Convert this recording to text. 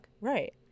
Right